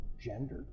gender